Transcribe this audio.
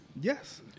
Yes